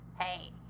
hey